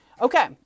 Okay